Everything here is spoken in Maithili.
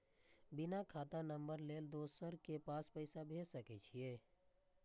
बिना खाता नंबर लेल दोसर के पास पैसा भेज सके छीए?